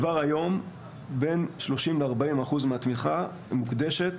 כבר היום בין 30% ל-40% מהתמיכה מוקדשת